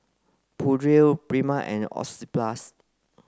Pureen Prima and Oxyplus